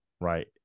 right